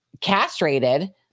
castrated